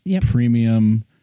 premium